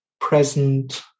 present